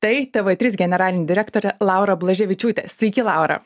tai tv trys generalin direktorė laura blaževičiūtė sveiki laura